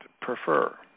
prefer